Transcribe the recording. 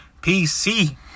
PC